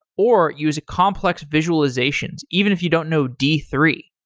or use complex visualizations even if you don't know d three.